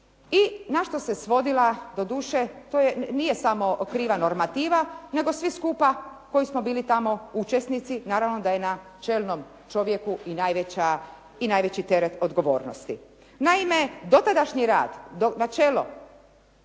I na što se svodila doduše to nije samo kriva normativa, nego svi skupa koji smo bili tamo učesnici naravno da je na čelnom čovjeku i najveći teret odgovornosti. Naime, dotadašnji rad načelo